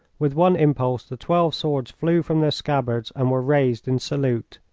with one impulse the twelve swords flew from their scabbards and were raised in salute.